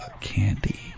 candy